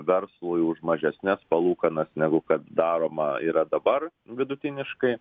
verslui už mažesnes palūkanas negu kad daroma yra dabar vidutiniškai